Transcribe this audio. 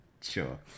Sure